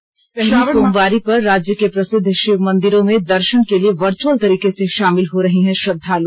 श्रावण मास की पहली सोमवारी पर राज्य के प्रसिद्ध षिव मंदिरों में दर्षन के लिए वर्जुअल तरीके से शामिल हो रहे हैं श्रद्धालु